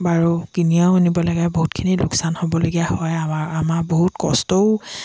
বাৰু কিনিও আনিব লাগে বহুতখিনি লোকচান হ'বলগীয়া হয় আমাৰ আমাৰ বহুত কষ্টও